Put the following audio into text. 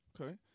Okay